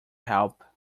help